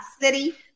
city